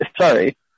Sorry